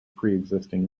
preexisting